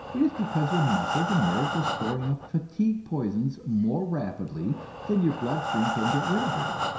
it is because your muscles and nerves are storing up fatigue poisons more rapidly than your blood-stream can get rid of them.